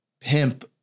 pimp